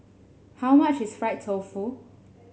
how much is Fried Tofu